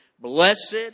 blessed